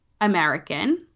American